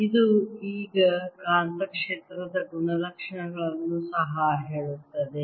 ಇದು ಈಗ ಕಾಂತಕ್ಷೇತ್ರದ ಗುಣಲಕ್ಷಣಗಳನ್ನು ಸಹ ಹೇಳುತ್ತದೆ